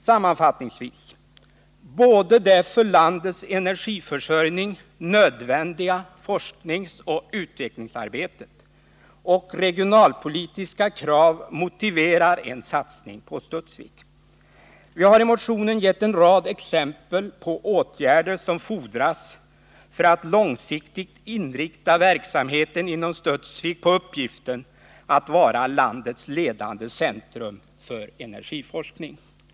Sammanfattningsvis: Både det för landets energiförsörjning nödvändiga forskningsoch utvecklingsarbetet och regionalpolitiska krav motiverar en satsning på Studsvik. Vi har i motionen gett en rad exempel på åtgärder som fordras för att långsiktigt inrikta verksamheten inom Studsvik så, att forskningsstationen kan fullgöra uppgiften att vara landets ledande centrum för energiforskning.